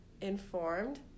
Informed